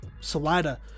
Salida